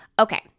Okay